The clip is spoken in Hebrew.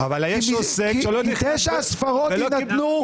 תשע הספרות יינתנו.